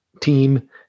team